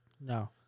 No